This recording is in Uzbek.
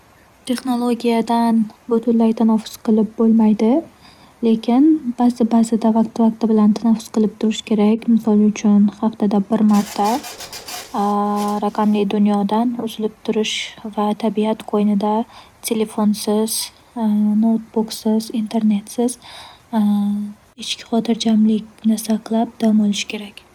Texnologiyadan butunlay tanaffus qilib bo'lmaydi. Lekin ba'zi- ba'zida, vaqti- vaqti bilan tanaffus qilib turish kerak. Misol uchun, haftada bir marta raqamli dunyodan uzilib turish va tabiat qo'ynida telefonsiz, noutbuksiz, internetsiz ichki xotirjamlikni saqlab dam olish kerak.